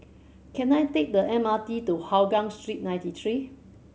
can I take the M R T to Hougang Street Ninety Three